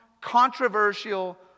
controversial